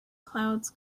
clouds